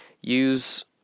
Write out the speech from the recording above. Use